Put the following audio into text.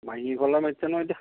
মাহী ঘৰলৈ মাতিছে নহয় এতিয়া